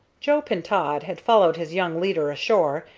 joe pintaud had followed his young leader ashore,